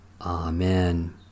Amen